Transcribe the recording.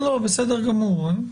בסדר גמור.